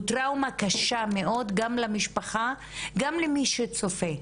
הוא טראומה קשה מאוד גם למשפחה וגם למי שצופה.